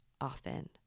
often